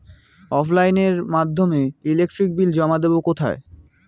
অফলাইনে এর মাধ্যমে ইলেকট্রিক বিল জমা দেবো কোথায়?